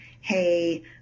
Hey